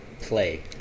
play